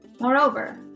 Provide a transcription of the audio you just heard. Moreover